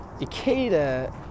Ikeda